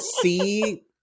see